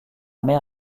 mer